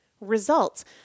results